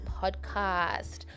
Podcast